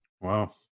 Wow